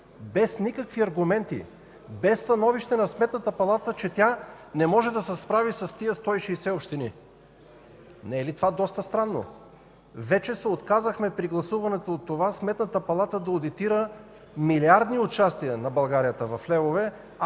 без никакви аргументи, без становище на Сметната палата, че тя не може да се справи с тези 160 общини?! Не е ли това доста странно?! При гласуването вече се отказахме от това Сметната палата да одитира милиардни участия на България в левове,